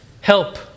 help